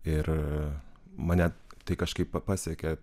ir mane tai kažkaip pa pasiekė